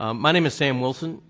um my name is sam wilson.